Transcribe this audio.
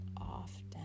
often